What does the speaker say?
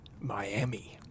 Miami